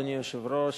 אדוני היושב-ראש,